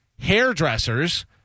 hairdressers